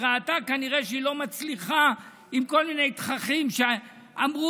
ראתה כנראה שהיא לא מצליחה עם כל מיני תככים שאמרו